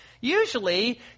Usually